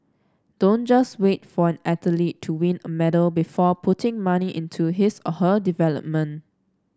don't just wait for an athlete to win a medal before putting money into his or her development